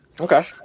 Okay